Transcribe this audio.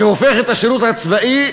שהופך את השירות הצבאי